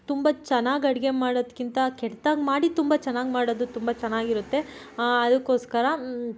ತುಂಬ ಚೆನ್ನಾಗಿ ಅಡುಗೆ ಮಾಡೋದಕ್ಕಿಂತ ಕೆಟ್ದಾಗಿ ಮಾಡಿ ತುಂಬ ಚೆನ್ನಾಗಿ ಮಾಡೋದು ತುಂಬ ಚೆನ್ನಾಗಿರುತ್ತೆ ಅದಕ್ಕೋಸ್ಕರ